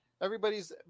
Everybody's